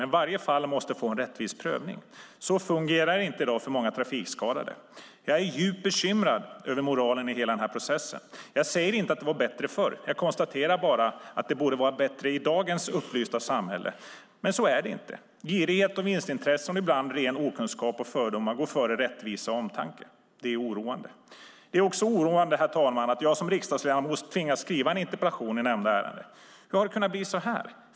Men varje fall måste få en rättvis prövning. Så fungerar det inte i dag för många trafikskadade. Jag är djupt bekymrad över moralen i hela den här processen. Jag säger inte att det var bättre förr. Jag konstaterar bara att det borde vara bättre i dagens upplysta samhälle, men så är det inte. Girighet och vinstintressen och ibland ren okunskap och fördomar går före rättvisa och omtanke. Det är oroande. Herr talman! Det är också oroande att jag som riksdagsledamot tvingas skriva en interpellation i nämnda ärende. Hur har det kunnat bli så här?